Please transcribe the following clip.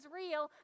real